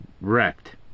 wrecked